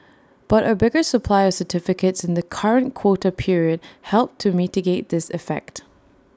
but A bigger supply of certificates in the current quota period helped to mitigate this effect